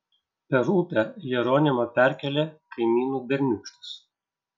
per upę jeronimą perkėlė kaimynų berniūkštis